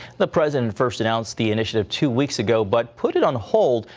the president first announced the initiative two weeks ago but put it on hold.